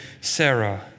Sarah